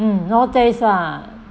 hmm no taste lah